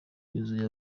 yuzuye